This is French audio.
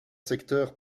secteur